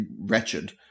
wretched